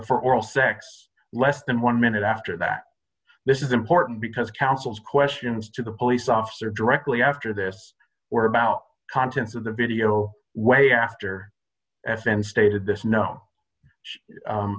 for oral sex less than one minute after that this is important because counsel's questions to the police officer directly after this were about contents of the video way after s and stated this no